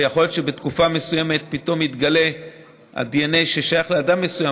ויכול להיות שבתקופה מסוימת פתאום יתגלה הדנ"א ששייך לאדם מסוים,